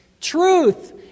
Truth